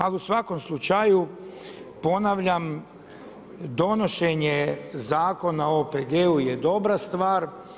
Ali u svakom slučaju ponavljam donošenje Zakona o OPG-u je dobra stvar.